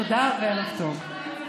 תודה וערב טוב.